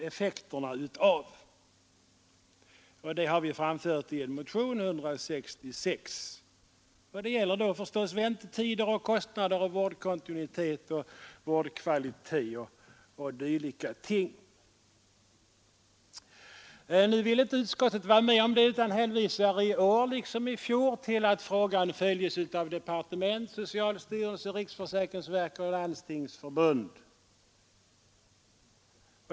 Detta har vi framfört i motionen 166. Det gäller då förstås väntetider, kostnader, vårdkontinuitet, vårdkvalitet och dylika ting. Nu vill utskottet inte vara med om det utan hänvisar, i år liksom i fjol, till att frågan följs av departementet, socialstyrelsen, riksförsäkringsverket och Landstingsförbundet.